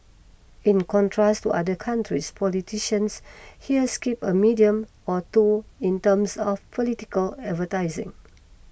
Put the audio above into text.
in contrast to other countries politicians here skip a medium or two in terms of political advertising